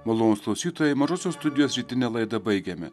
malonūs klausytojai mažosios studijos rytinę laidą baigėme